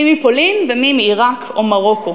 מי מפולין ומי מעיראק או מרוקו.